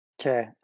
Okay